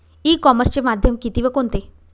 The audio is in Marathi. ई कॉमर्सचे माध्यम किती व कोणते?